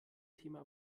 thema